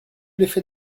l’effet